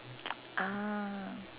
ah